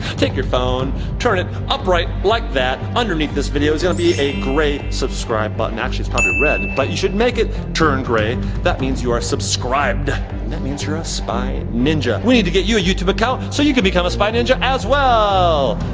take your phone, turn it upright like that. underneath this video is gonna be a gray subscribe button. actually it's probably red, but you should make it turn gray. that means you are subscribed. and that means you are a spy ninja. we need to get you a youtube account so you can become a spy ninja as well.